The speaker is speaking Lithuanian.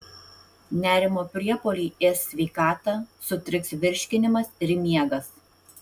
nerimo priepuoliai ės sveikatą sutriks virškinimas ir miegas